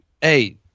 Hey